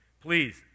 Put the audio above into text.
Please